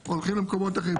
או למקומות אחרים.